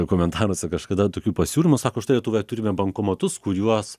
komentaruose kažkada tokių pasiūlymų sako štai lietuvoje turime bankomatus kuriuos